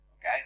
Okay